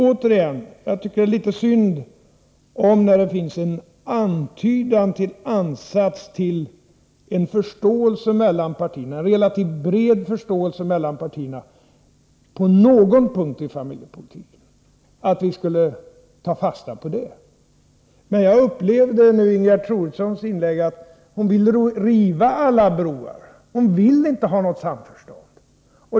Återigen: Om det nu på någon punkt i familjepolitiken finns en ansats till relativt bred förståelse mellan partierna, tycker jag det är litet synd att inte ta fasta på det. Men jag upplevde Ingegerd Troedssons inlägg så att hon ville riva alla broar och inte ville ha något samförstånd.